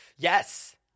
Yes